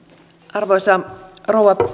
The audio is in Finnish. arvoisa rouva